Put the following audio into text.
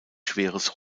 schweres